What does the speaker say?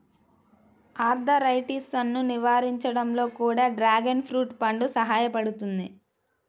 ఆర్థరైటిసన్ను నివారించడంలో కూడా డ్రాగన్ ఫ్రూట్ పండు సహాయపడుతుంది